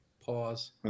pause